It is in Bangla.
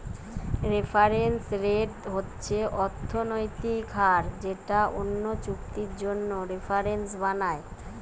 রেফারেন্স রেট হচ্ছে অর্থনৈতিক হার যেটা অন্য চুক্তির জন্যে রেফারেন্স বানায়